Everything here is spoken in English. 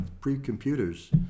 pre-computers